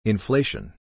Inflation